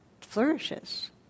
flourishes